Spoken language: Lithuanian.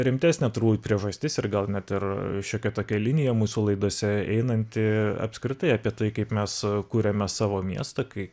rimtesnė turbūt priežastis ir gal net ir šiokia tokia linija mūsų laidose einanti apskritai apie tai kaip mes kuriame savo miestą kaip